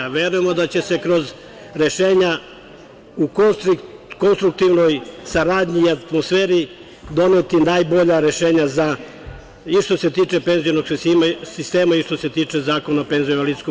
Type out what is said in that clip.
Verujemo da će se kroz rešenja u konstruktivnoj saradnji i atmosferi doneti najbolja rešenja i što se tiče penzionog sistema i što se tiče Zakona o PIO.